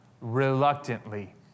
reluctantly